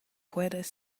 puedes